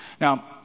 Now